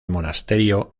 monasterio